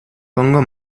pongo